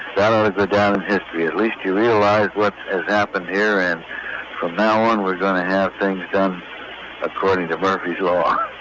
that um is a down of history. at least you realize what has happened here. and from now on, we're going to have things done according to murphy's law.